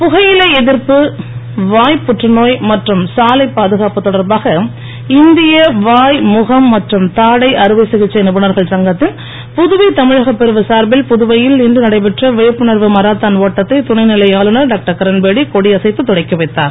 புகையிலை எதிர்ப்பு வாய்புற்று நோய் மற்றும் சாலை பாதுகாப்பு தொடர்பாக இந்திய வாய் முகம் மற்றும் தாடை அறுவை சிகிச்சை நிபுணர்கள் சங்கத்தின் புதுவை தமிழகப் பிரிவு சார்பில் புதுவையில் இன்று நடைபெற்ற விழிப்புணர்வு மராத்தான் ஒட்டத்தை துணைநிலை ஆளுனர் டாக்டர்கிரண்பேடி கொடியசைத்து தொடக்கிவைத்தார்